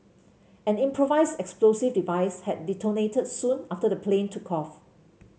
an improvised explosive device had detonated soon after the plane took off